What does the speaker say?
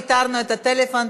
איתרנו את הטלפון.